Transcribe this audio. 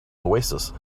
oasis